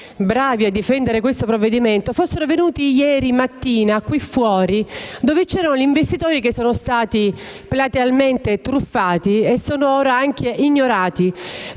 bravi a difendere questo provvedimento, fossero venuti ieri mattina fuori da questo palazzo, dove c'erano gli investitori che sono stati platealmente truffati e ora anche ignorati,